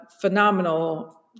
phenomenal